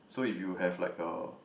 so if you have like a